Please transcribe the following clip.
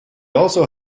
also